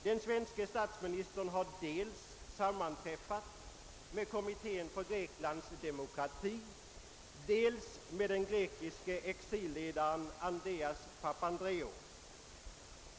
Den svenske statsministern har sammanträffat dels med kommittén för Greklands demokrati, dels med den grekiske exilledaren Andreas Papandreou.